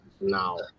now